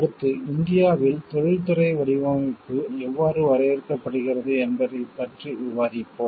அடுத்து இந்தியாவில் தொழில்துறை வடிவமைப்பு இண்டஸ்ட்ரியல் டிசைன் எவ்வாறு வரையறுக்கப்படுகிறது என்பதைப் பற்றி விவாதிப்போம்